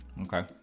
Okay